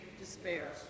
Despair